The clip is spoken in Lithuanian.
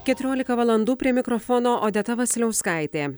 keturiolika valandų prie mikrofono odeta vasiliauskaitė